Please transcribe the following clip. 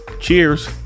Cheers